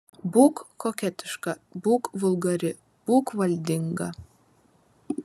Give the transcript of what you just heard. būk koketiška būk vulgari būk valdinga